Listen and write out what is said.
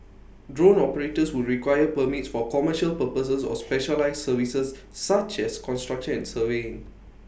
drone operators would require permits for commercial purposes or specialised services such as construction and surveying